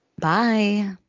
bye